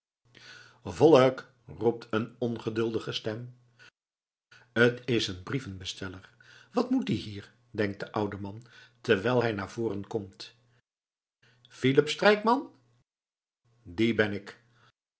vollek roept een ongeduldige stem t is een brievenbesteller wat moet die hier denkt de oude man terwijl hij naar voren komt philip strijkman die ben ik